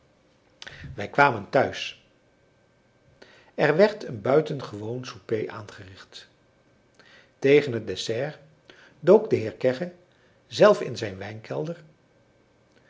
wij kwamen thuis er werd een buitengewoon souper aangericht tegen het dessert dook de heer kegge zelf in zijn wijnkelder